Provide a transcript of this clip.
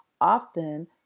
Often